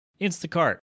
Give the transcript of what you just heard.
Instacart